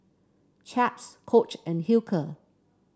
Chaps Coach and Hilker